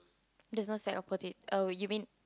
there's no sack of potato oh you mean